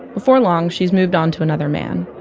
before long, she's moved on to another man.